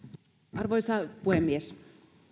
arvoisa puhemies